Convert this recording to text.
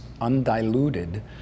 undiluted